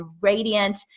radiant